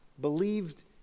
believed